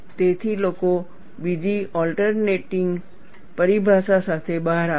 તેથી લોકો બીજી ઓલટરનેટિનગ પરિભાષા સાથે બહાર આવ્યા છે